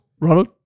Ronald